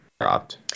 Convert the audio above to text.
dropped